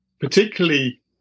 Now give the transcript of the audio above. particularly